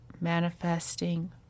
manifesting